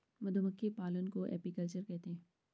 मधुमक्खी पालन को एपीकल्चर कहते है